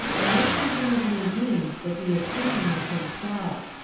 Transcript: and this presumably means that he is thinking of himself.